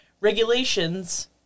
Regulations